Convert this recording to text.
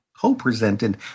co-presented